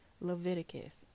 Leviticus